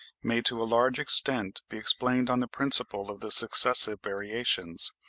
may to a large extent be explained on the principle of the successive variations,